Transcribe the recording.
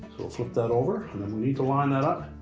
flip that over and then we need to line that up.